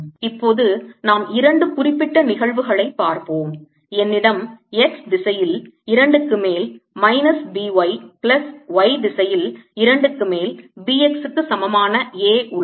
இப்போது நாம் இரண்டு குறிப்பிட்ட நிகழ்வுகளைப் பார்ப்போம் என்னிடம் x திசையில் 2 க்கு மேல் minus B y plus y திசையில் 2 க்கு மேல் B x க்கு சமமான A உள்ளது